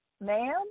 ma'am